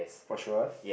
for sure